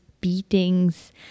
beatings